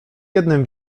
jednym